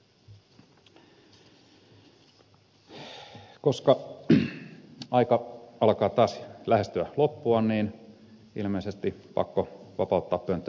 koska aika alkaa taas lähestyä loppuaan niin on ilmeisesti pakko vapauttaa pönttö tässä vaiheessa